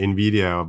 Nvidia